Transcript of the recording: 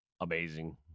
amazing